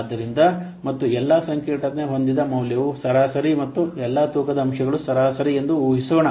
ಆದ್ದರಿಂದ ಮತ್ತು ಎಲ್ಲಾ ಸಂಕೀರ್ಣತೆ ಹೊಂದಾಣಿಕೆ ಮೌಲ್ಯವು ಸರಾಸರಿ ಮತ್ತು ಎಲ್ಲಾ ತೂಕದ ಅಂಶಗಳು ಸರಾಸರಿ ಎಂದು ಊಹಿಸೋಣ